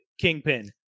kingpin